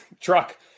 truck